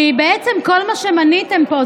כי בעצם כל מה שמניתם פה,